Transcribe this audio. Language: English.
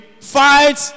fight